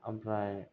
ओमफ्राय